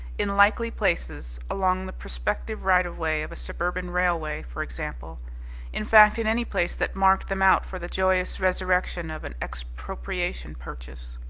in likely places along the prospective right-of-way of a suburban railway, for example in fact, in any place that marked them out for the joyous resurrection of an expropriation purchase.